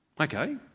okay